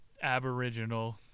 aboriginal